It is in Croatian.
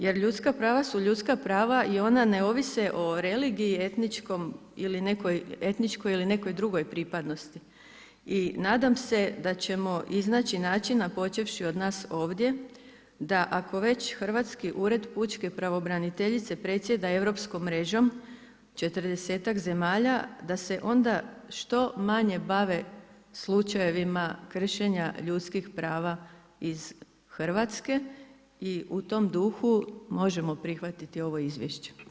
Jer ljudska prava su ljudska prava i ona ne ovise o religiji, etničkoj ili nekoj drugoj pripadnosti i nadam se da ćemo iznaći načina počevši od nas ovdje da ako već hrvatski ured pučke pravobraniteljice predsjeda europskom mrežom, četrdesetak zemalja da se onda što manje bave slučajevima kršenja ljudskih prava iz Hrvatske i u tom duhu možemo prihvatiti ovo izvješće.